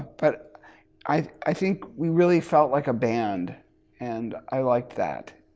but i think we really felt like a band and i liked that.